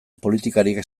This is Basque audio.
politikariek